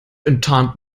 enttarnt